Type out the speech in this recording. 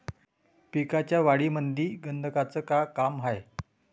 पिकाच्या वाढीमंदी गंधकाचं का काम हाये?